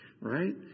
Right